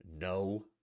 No